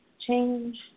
Change